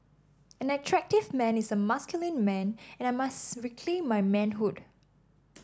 an attractive man is a masculine man and I must reclaim my manhood